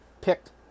picked